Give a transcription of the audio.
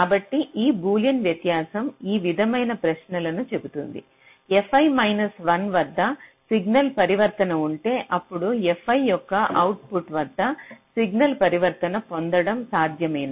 కాబట్టి బూలియన్ వ్యత్యాసం ఈ విధమైన ప్రశ్నలను చెబుతుంది fiమైనస్1 వద్ద సిగ్నల్ పరివర్తన ఉంటే అప్పుడు fi యొక్క అవుట్పుట్ వద్ద సిగ్నల్ పరివర్తన పొందడం సాధ్యమేనా